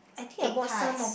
egg tarts